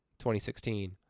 2016